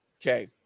Okay